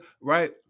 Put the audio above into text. right